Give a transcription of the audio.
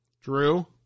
Drew